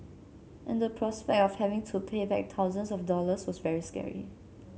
and the prospect of having to pay back thousands of dollars was very scary